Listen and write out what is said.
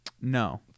No